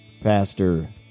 Pastor